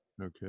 Okay